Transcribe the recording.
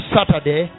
Saturday